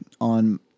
on